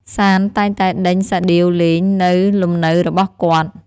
សាន្តតែងតែដេញសាដៀវលេង នៅលំនៅរបស់គាត់។